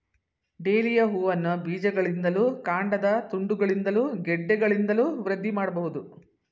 dahlia ಹೂವನ್ನ ಬೀಜಗಳಿಂದಲೂ ಕಾಂಡದ ತುಂಡುಗಳಿಂದಲೂ ಗೆಡ್ಡೆಗಳಿಂದಲೂ ವೃದ್ಧಿ ಮಾಡ್ಬಹುದು